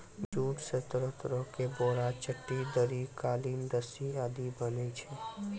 jute स तरह तरह के बोरा, चट्टी, दरी, कालीन, रस्सी आदि बनै छै